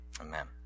Amen